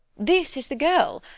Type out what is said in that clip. this is the girl,